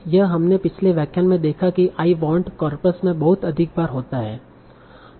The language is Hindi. यह हमने पिछले व्याख्यान में देखा कि आई वांट कार्पस मे बहुत अधिक बार होता है